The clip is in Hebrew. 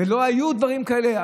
לא היו דברים כאלה.